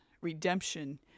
redemption